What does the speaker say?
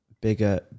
bigger